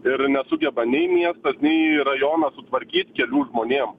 ir nesugeba nei miestas nei rajonas sutvarkyt kelių žmonėm